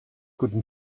guten